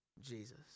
Jesus